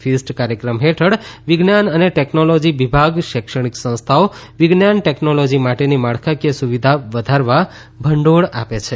fist કાર્યક્રમ હેઠળ વિજ્ઞાનઅને ટેકનોલોજી વિભાગ શૈક્ષણિક સંસ્થાઓ વિજ્ઞાન ટેકનોલોજી માટેની માળખાકીય સુવિધા વધારવા ભંડોળ આપે છે